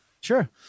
sure